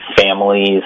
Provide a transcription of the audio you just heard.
families